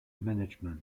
management